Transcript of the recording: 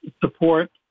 support